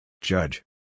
Judge